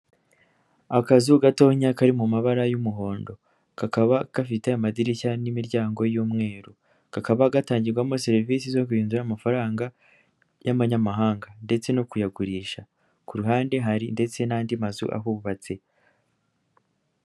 Akazu gatonya kari mu mabara y'umuhondo, kakaba gafite amadirishya n'imiryango y'umweru, kakaba gatangirwamo serivisi zo guhindura amafaranga, y'amanyamahanga ndetse no kuyagurisha, ku ruhande hari ndetse n'andi mazu ahubatse.